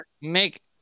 make